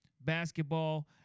basketball